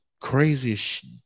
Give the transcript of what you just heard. craziest